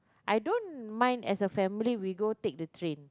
I don't mind as a family we go take the train